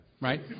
right